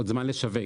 עוד זמן לשווק.